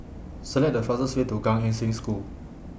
Select The fastest Way to Gan Eng Seng School